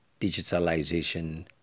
Digitalization